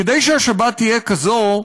כדי שהשבת תהיה כזאת,